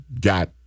got